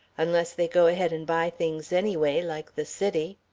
unless they go ahead and buy things anyway, like the city.